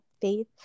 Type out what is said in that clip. faith